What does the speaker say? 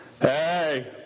hey